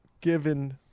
given